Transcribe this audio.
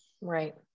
right